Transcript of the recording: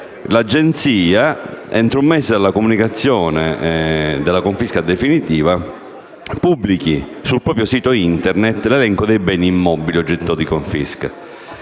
l'Agenzia, entro un mese dalla comunicazione della confisca definitiva, pubblichi sul proprio sito Internet l'elenco dei beni immobili oggetto di confisca.